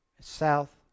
south